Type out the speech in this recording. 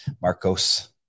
Marcos